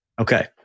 Okay